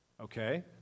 okay